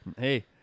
Hey